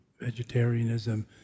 vegetarianism